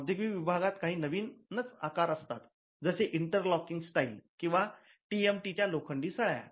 औदयोगिक विभागात काही नवीनच आकार असतात जसे इंटरलॉकिंग टाईल्स किंवा किंवा टी एम टी च्या लोखंडी सळया